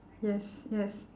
yes yes